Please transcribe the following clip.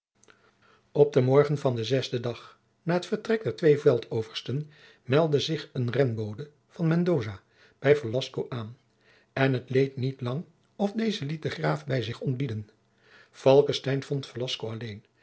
op den morgen van den zesden dag na het vertrek der twee veldoversten meldde zich een renbode van mendoza bij velasco aan en het leed niet lang of deze liet den graaf bij zich ontbieden falckestein vond